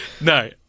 no